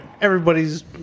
everybody's